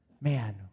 Man